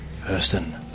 person